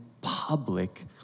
public